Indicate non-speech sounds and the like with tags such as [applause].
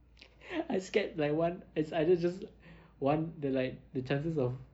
[laughs] I scared like one as I I ju~ just one the like the chances of